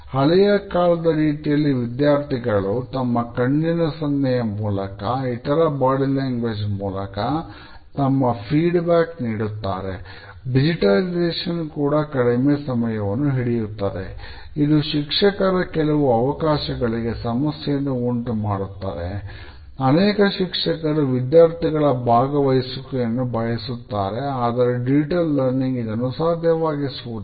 ಹಳೆಯ ಕಾಲದ ರೀತಿಯಲ್ಲಿ ವಿದ್ಯಾರ್ಥಿಗಳು ತಮ್ಮ ಕಣ್ಣಿನ ಸನ್ನ್ಹೆ ಮೂಲಕ ಹಾಗು ಇತರ ಬಾಡಿ ಲ್ಯಾಂಗ್ವೇಜ್ ಇದನ್ನು ಸಾಧ್ಯವಾಗಿಸುವುದಿಲ್ಲ